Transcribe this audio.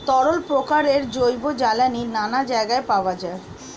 তরল প্রকারের জৈব জ্বালানি নানা জায়গায় পাওয়া যায়